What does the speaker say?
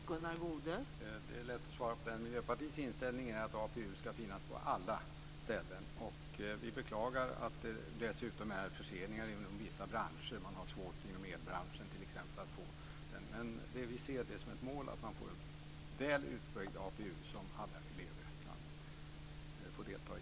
Fru talman! Det är lätt att svara på det. Miljöpartiets inställning är att APU ska finnas på alla ställen. Vi beklagar att det dessutom är förseningar inom vissa branscher. Man har svårt inom elbranschen, t.ex. Men vi ser det som ett mål att man får en väl utbyggd APU som alla elever kan få delta i.